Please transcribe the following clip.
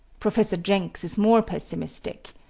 professor jenks is more pessimistic.